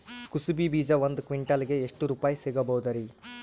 ಕುಸಬಿ ಬೀಜ ಒಂದ್ ಕ್ವಿಂಟಾಲ್ ಗೆ ಎಷ್ಟುರುಪಾಯಿ ಸಿಗಬಹುದುರೀ?